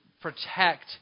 protect